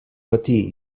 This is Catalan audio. matí